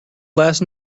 last